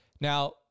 now